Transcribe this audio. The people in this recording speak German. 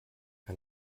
ein